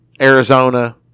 Arizona